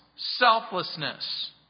selflessness